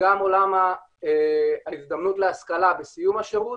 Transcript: גם עולם ההזדמנות להשכלה בסיום השירות